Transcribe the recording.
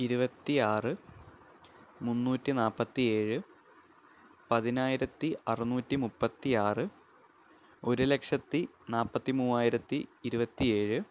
ഇരുപത്തി ആറ് മുന്നൂറ്റി നാൽപ്പത്തിയേഴ് പതിനായിരത്തി അറുനൂറ്റി മുപ്പത്തിയാറ് ഒരുലക്ഷത്തി നാൽപ്പത്തി മൂവായിരത്തി ഇരുപത്തിയേഴ്